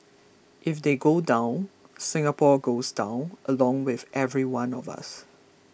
if they go down Singapore goes down along with every one of us